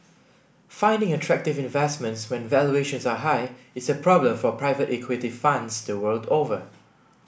finding attractive investments when valuations are high is a problem for private equity funds the world over